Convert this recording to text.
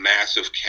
massive